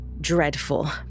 dreadful